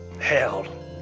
hell